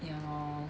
ya lor